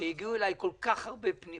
שהגיעו אליי כל כך הרבה פניות.